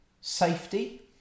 safety